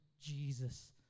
Jesus